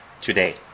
today